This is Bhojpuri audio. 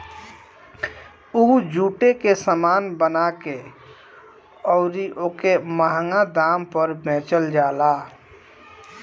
उ जुटे के सामान बना के अउरी ओके मंहगा दाम पर बेचल जाला